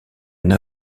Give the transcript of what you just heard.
une